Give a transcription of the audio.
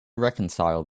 reconcile